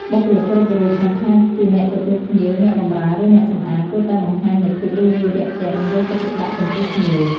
បុគ្គលិកគ្រប់រូប មិនថាជាអ្នកទទួលភ្ញៀវ អ្នកបម្រើ ឬអ្នកសំអាត គួរតែបង្ហាញនូវភាព រួសរាយរាក់ទាក់ និងយកចិត្តទុកដាក់ចំពោះភ្ញៀវ។